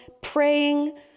praying